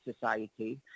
society